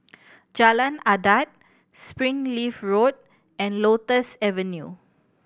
Jalan Adat Springleaf Road and Lotus Avenue